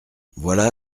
voilà